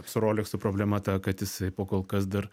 su roleksu problema ta kad jisai po kolkas dar